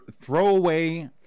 throwaway